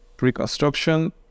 reconstruction